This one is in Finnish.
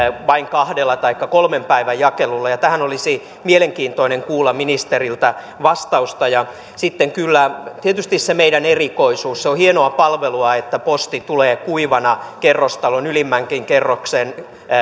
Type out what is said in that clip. vain kahden taikka kolmen päivän jakelulla tähän olisi mielenkiintoista kuulla ministeriltä vastausta ja sitten kyllä tietysti on se meidän erikoisuus se on hienoa palvelua että posti tulee kuivana kerrostalon ylimmänkin kerroksen